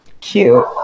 Cute